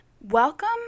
Welcome